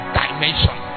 dimension